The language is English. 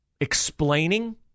explaining